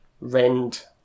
rend